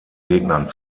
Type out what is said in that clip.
gegnern